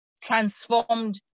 transformed